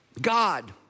God